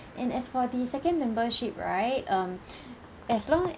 and as for the second membership right um as long